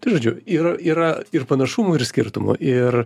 tai žodžiu ir yra ir panašumų ir skirtumų ir